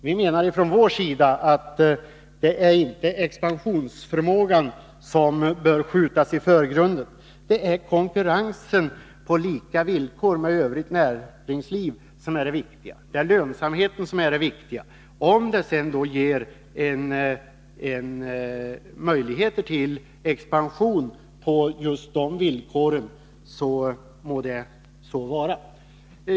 Vi från centern menar att det inte är expansionsförmågan som bör skjutas i förgrunden, utan det är lönsamheten och konkurrensen på lika villkor med övrigt näringsliv som är det viktiga. Om detta sedan skapar möjlighet till expansion på just de villkoren, så må det vara.